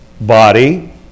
Body